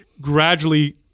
gradually